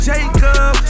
Jacob